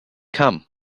come